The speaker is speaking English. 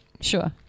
Sure